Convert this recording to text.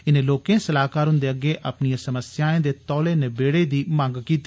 इनें लोकें सलाहकार हुंदे अग्गै अपनिए समस्याए दे तौले नबेड़े दी मंग कीती